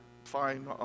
Fine